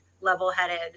level-headed